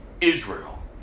Israel